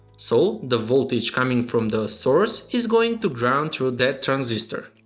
so the voltage coming from the source is going to ground through that transistor.